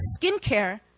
skincare